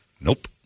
Nope